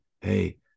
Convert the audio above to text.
hey